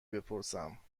بپرسم